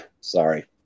sorry